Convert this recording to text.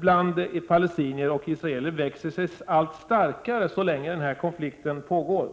bland både palestinier och israeler växer sig allt starkare så länge den här konflikten pågår.